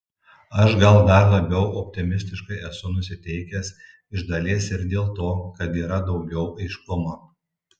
aš gal dar labiau optimistiškai esu nusiteikęs iš dalies ir dėl to kad yra daugiau aiškumo